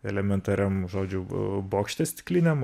elementariam žodžiu bokšte stikliniam